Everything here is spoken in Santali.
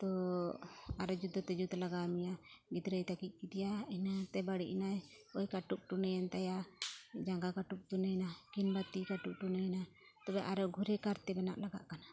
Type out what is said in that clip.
ᱛᱚ ᱟᱨᱚ ᱡᱩᱫᱟᱹᱛᱮ ᱡᱩᱛ ᱞᱟᱜᱟᱣ ᱢᱮᱭᱟ ᱜᱤᱫᱽᱨᱟᱹᱭ ᱛᱟᱠᱤᱡ ᱠᱮᱫᱮᱭᱟ ᱤᱱᱟᱹᱛᱮ ᱵᱟᱹᱲᱤᱡ ᱮᱱᱟᱭ ᱳᱭ ᱠᱟᱹᱴᱩᱵ ᱴᱩᱱᱤᱭᱮᱱᱛᱟᱭᱟ ᱡᱟᱸᱜᱟ ᱠᱟᱹᱴᱩᱵ ᱴᱩᱱᱤᱭᱮᱱᱟᱭ ᱠᱤᱝᱵᱟ ᱛᱤ ᱠᱟᱹᱴᱩᱵ ᱴᱩᱱᱤᱭᱮᱱᱟᱭ ᱛᱚᱵᱮ ᱟᱨᱚ ᱜᱷᱩᱨᱮ ᱠᱟᱨᱛᱮ ᱵᱮᱱᱟᱣ ᱞᱟᱜᱟᱜ ᱠᱟᱱᱟ